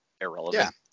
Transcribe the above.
irrelevant